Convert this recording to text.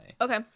okay